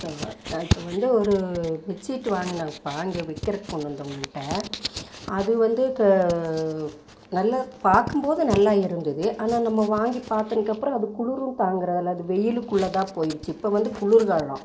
நான் இப்போ வந்து ஒரு பெட்ஷீட் வாங்குனப்பா இங்கே விற்கிறக்கு கொண்டு வந்தவங்கள்கிட்ட அது வந்து இப்போ நல்ல பார்க்கும் போது நல்லா இருந்தது ஆனால் நம்ம வாங்கி பார்தத்துக்கப்பறோம் அது குளுரும் தங்குறது இல்லை அது வெயில் குள்ளேதான் போயிடுச்சு இப்போ வந்து குளிர் காலம்